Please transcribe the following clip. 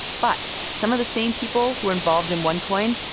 but some of the same people who are involved in onecoin,